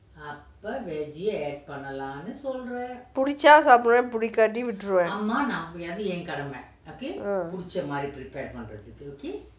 பிடிச்சா சாப்டுவேன் பிடிக்கல னா விட்டுருவேன்:pidichaa saapduven pidikkalanaa vitturuven um